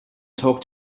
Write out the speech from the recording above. talk